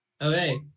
Okay